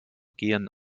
gehen